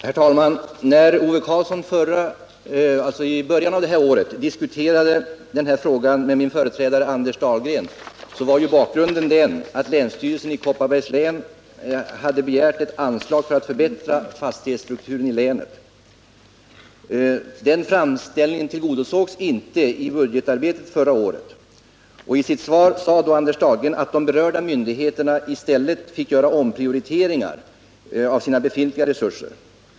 Herr talman! När Ove Karlsson i början av året diskuterade denna fråga med min företrädare Anders Dahlgren var bakgrunden den att länsstyrelsen i Kopparbergs län hade begärt ett anslag för att förbättra fastighetsstrukturen i länet. Den framställningen tillgodosågs inte i budgetarbetet förra året. I sitt svar sade Anders Dahlgren att de berörda myndigheterna i stället fick göra omprioriteringar av sina befintliga resurser.